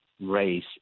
race